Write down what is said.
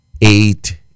eight